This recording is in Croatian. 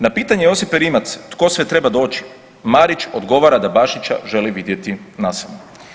Na pitanje Josipe Rimac tko sve treba doći, Marić odgovora da Bašića želi vidjeti nasamo.